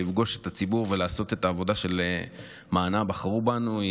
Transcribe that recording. לפגוש את הציבור ולעשות את העבודה שלשמה בחרו בנו,